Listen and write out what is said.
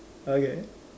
okay